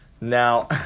now